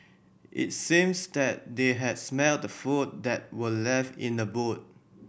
it seems that they had smelt the food that were left in the boot